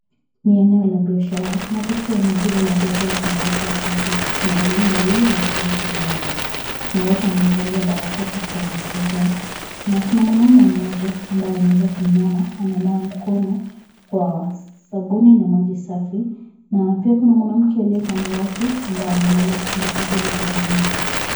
Ni eneo la biashara na katika eneo hili la biashara kuna watu watatu. Kuna wanaume wawili na mwanamke mmoja na wote wamevalia barakoa katika nyuso zao na kuna mwanaume mmoja ambaye ameweza kuinama ananawa mkono kwa sabuni na maji safi na pia kuna mwanamke aliye kando yake ambaye anaendelea kufanya shughuli za ununuzi.